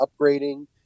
upgrading